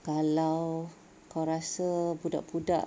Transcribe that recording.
kalau kau rasa budak-budak